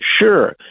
sure